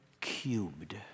cubed